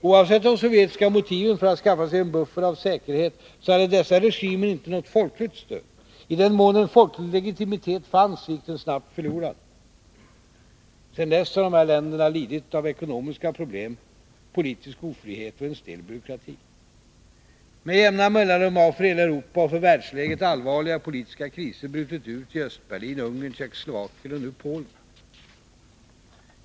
Oavsett de sovjetiska motiven för att skaffa sig en buffert av säkerhet, hade dessa regimer inte något folkligt stöd. I den mån en folklig legitimitet fanns, gick den snabbt förlorad. Dessa länder har sedan dess lidit av ekonomiska problem, politisk ofrihet och en stel byråkrati. Med jämna mellanrum har för hela Europa och för världsläget allvarliga politiska kriser brutit ut i Östberlin, Ungern och Tjeckoslovakien samt nu i Polen.